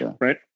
right